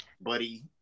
buddy